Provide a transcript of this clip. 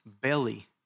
belly